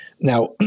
Now